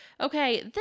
Okay